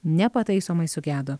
nepataisomai sugedo